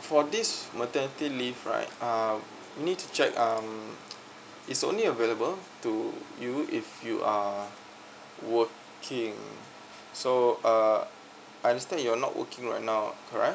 for this maternity leave right uh we need to check um it's only available to you if you are working so uh I understand you're not working right now correct